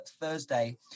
thursday